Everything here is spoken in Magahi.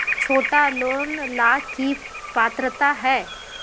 छोटा लोन ला की पात्रता है?